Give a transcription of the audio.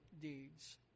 deeds